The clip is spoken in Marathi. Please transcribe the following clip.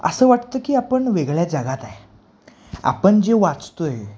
असं वाटतं की आपण वेगळ्या जगात आहे आपण जे वाचतो आहे